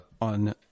on